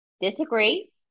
disagree